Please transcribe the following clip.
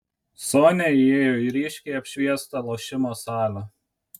sonia įėjo į ryškiai apšviestą lošimo salę